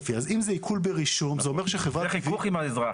זה חיכוך עם האזרח.